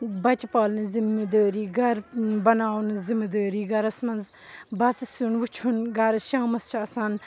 بَچہِ پالنٕچ ذِمہٕ دٲری گرٕ بَناوُن ذِمہٕ دأری گرس منٛز بَتہٕ سِیُن وُچھُن گرِ شامَس چھُ آسان